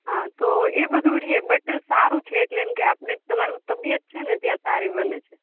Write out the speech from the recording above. હા તો એ બધુ રે બટ સારુ છે એટલે કે આપને તમારું તબિયત છે ને ત્યાં સારી બને છે